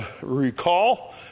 recall